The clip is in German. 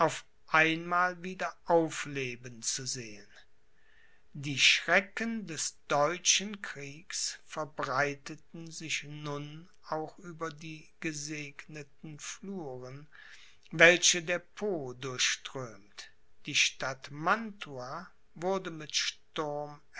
einmal wieder aufleben zu sehen die schrecken des deutschen kriegs verbreiteten sich nun auch über die gesegneten fluren welche der po durchströmt die stadt mantua wurde mit sturm